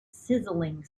sizzling